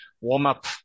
warm-up